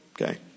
Okay